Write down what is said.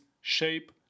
shape